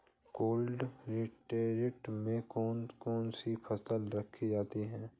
Cold storage में कौन कौन सी फसलें रखी जाती हैं?